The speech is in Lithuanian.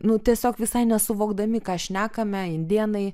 nu tiesiog visai nesuvokdami ką šnekame indėnai